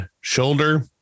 shoulder